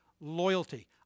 loyalty